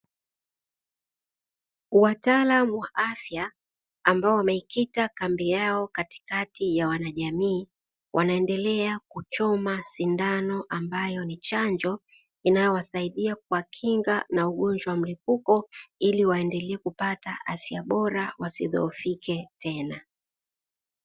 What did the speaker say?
Wataalamu wa afya ambao wameikita kambi yao katikati ya wanajamii, wanaendelea kuchoma sindano ambayo ni chanjo inayowasaidia kuwakinga na ugonjwa wa mlipuko ili waendelee kupata afya bora wasidhohofike tena.